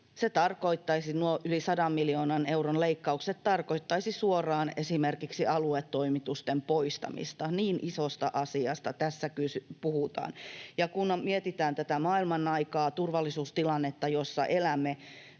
leikkauksista. Nuo yli 100 miljoonan euron leikkaukset tarkoittaisivat suoraan esimerkiksi aluetoimitusten poistamista — niin isosta asiasta tässä puhutaan. Ja kun mietitään tätä maailmanaikaa, turvallisuustilannetta, jossa elämme,